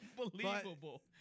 Unbelievable